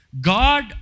God